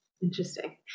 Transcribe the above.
Interesting